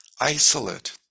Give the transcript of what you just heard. Isolate